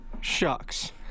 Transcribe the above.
shucks